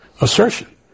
assertion